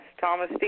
Thomas